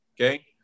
okay